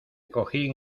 cojín